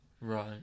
Right